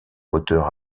moteur